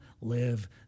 live